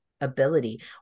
ability